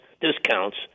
discounts